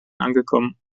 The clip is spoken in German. angekommen